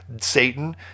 Satan